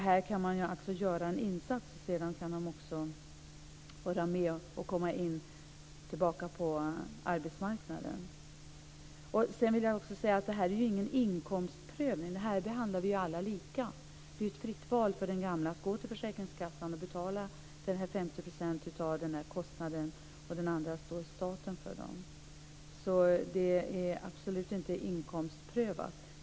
Här kan de göra en insats samtidigt som de kommer tillbaka på arbetsmarknaden. Det ska inte vara någon inkomstprövning, utan här behandlar vi alla lika. Det är ett fritt val för den gamla att gå till försäkringskassan och betala 50 % av kostnaden, och den andra delen står staten för. Det är absolut inte inkomstprövat.